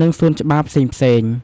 និងសួនច្បារផ្សេងៗ។